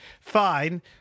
fine